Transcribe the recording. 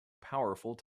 powerful